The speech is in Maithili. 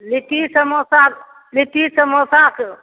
लिट्टी समोसा लिट्टी समोसाके